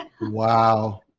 Wow